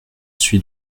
suis